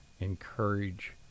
encourage